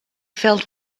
felt